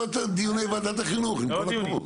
1ב יבוא: